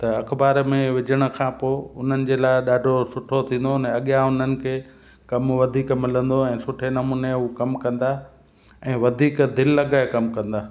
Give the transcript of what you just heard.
त अख़बार में विझण खां पोइ उन्हनि जे लाइ ॾाढो सुठो थींदो न अॻियां उन्हनि खे कमु वधीक मिलंदो ऐं सुठे नमूने हू कमु कंदा ऐं वधीक दिलि लॻाए कमु कंदा